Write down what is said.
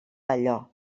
allò